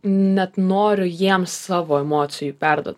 net noriu jiems savo emocijų perduot